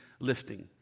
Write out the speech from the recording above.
lifting